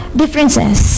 differences